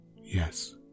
Yes